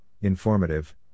informative